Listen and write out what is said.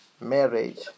marriage